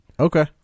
Okay